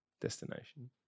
destination